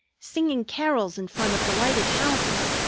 singing carols in front of the lighted houses,